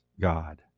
God